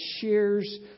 shares